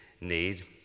need